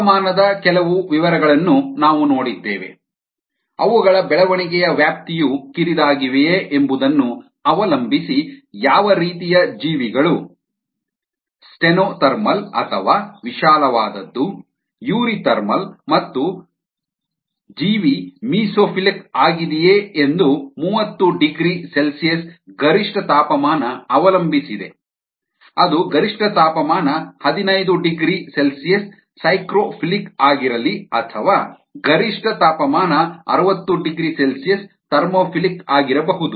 ತಾಪಮಾನದ ಕೆಲವು ವಿವರಗಳನ್ನು ನಾವು ನೋಡಿದ್ದೇವೆ ಅವುಗಳ ಬೆಳವಣಿಗೆಯ ವ್ಯಾಪ್ತಿಯು ಕಿರಿದಾಗಿವೆಯೇ ಎಂಬುದನ್ನು ಅವಲಂಬಿಸಿ ಯಾವ ರೀತಿಯ ಜೀವಿಗಳು ಸ್ಟೆನೋಥರ್ಮಲ್ ಅಥವಾ ವಿಶಾಲವಾದದ್ದು ಯೂರಿಥರ್ಮಲ್ ಮತ್ತು ಜೀವಿ ಮೆಸೊಫಿಲಿಕ್ ಆಗಿದೆಯೆ ಎಂದು 30 ಡಿಗ್ರಿ ಸಿ ಗರಿಷ್ಠ ತಾಪಮಾನ ಅವಲಂಬಿಸಿದೆ ಅದು ಗರಿಷ್ಠ ತಾಪಮಾನ 15 ಡಿಗ್ರಿ ಸಿ ಸೈಕ್ರೊಫಿಲಿಕ್ ಆಗಿರಲಿ ಅಥವಾ ಗರಿಷ್ಠ ತಾಪಮಾನ 60 ಡಿಗ್ರಿ ಸಿ ಥರ್ಮೋಫಿಲಿಕ್ ಆಗಿರಬಹುದು